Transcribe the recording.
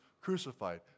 crucified